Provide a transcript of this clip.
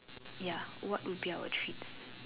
ya what would be our treats